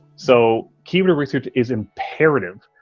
so keyword research is imperative.